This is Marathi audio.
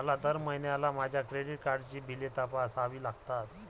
मला दर महिन्याला माझ्या क्रेडिट कार्डची बिले तपासावी लागतात